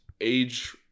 age